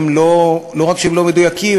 לא רק שהם לא מדויקים,